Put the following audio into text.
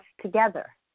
together